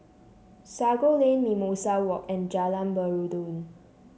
Sago Lane Mimosa Walk and Jalan Peradun